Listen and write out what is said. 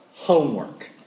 Homework